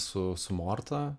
su su morta